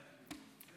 אני